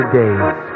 days